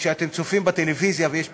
וכשאתם צופים בטלוויזיה ויש פרסומות,